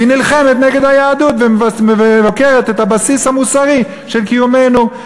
והיא נלחמת נגד היהדות ומבקרת את הבסיס המוסרי של קיומנו?